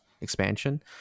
expansion